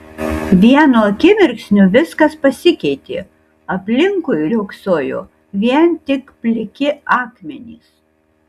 vienu akimirksniu viskas pasikeitė aplinkui riogsojo vien tik pliki akmenys